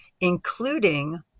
including